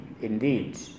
Indeed